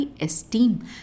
esteem